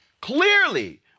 clearly